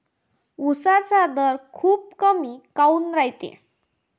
उसाचा दर खूप कमी काऊन रायते?